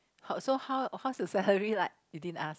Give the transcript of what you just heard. her how how's her salary like you didn't ask